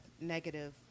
negative